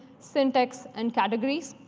syntax, and categories.